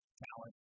talent